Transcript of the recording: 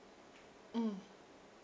mm